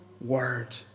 word